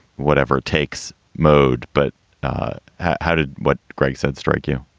whatever takes mode. but how did what greg said strike you?